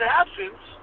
absence